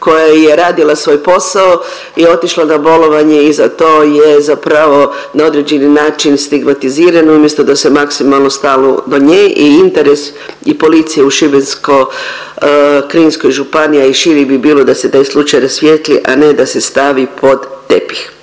koja je radila svoj posao je otišla na bolovanje i za to je zapravo na određeni način stigmatizirana umjesto da se maksimalno stalo do nje i interes i policije u Šibensko-kninskoj županiji, a i šire bi bilo da se taj slučaj rasvijetli, a ne da se stavi pod tepih.